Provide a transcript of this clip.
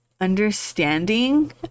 understanding